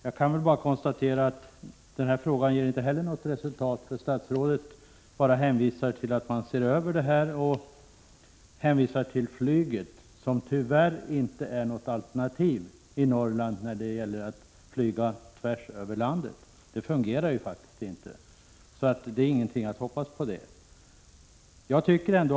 Jag kan bara konstatera att den här frågan inte heller ger något resultat, för statsrådet bara hänvisar till att man ser över frågan och till flyget, som ju tyvärr inte är något alternativ i Norrland när man skall ta sig tvärs över landet. Flyget fungerar faktiskt inte, så flyget är ingenting att hoppas på.